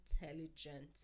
intelligent